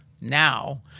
now